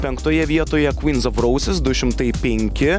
penktoje vietoje kvyns of rauzes du šimtai penki